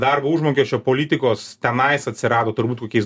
darbo užmokesčio politikos tenais atsirado turbūt kokiais